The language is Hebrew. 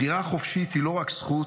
בחירה חופשית היא לא רק זכות,